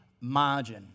margin